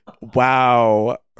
Wow